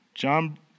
John